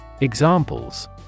Examples